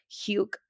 Hugh